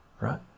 right